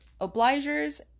Obligers